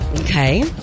Okay